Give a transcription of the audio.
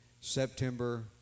September